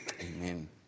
Amen